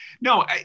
No